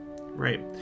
right